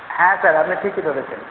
হ্যাঁ স্যার আপনি ঠিকই ধরেছেন